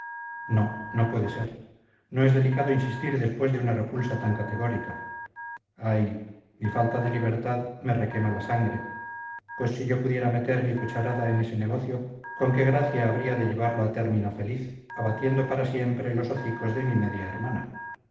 no no puede ser no es delicado insistir después de una repulsa tan categórica ay mi falta de libertad me requema la sangre pues si yo pudiera meter mi cucharada en ese negocio con qué gracia habría de llevarlo a término feliz abatiendo para siempre los hocicos de mi media hermana